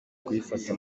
kuyifata